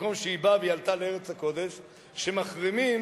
המקום שהיא באה ממנו ועלתה לארץ הקודש, שמחרימים